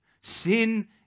Sin